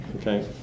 Okay